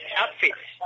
outfits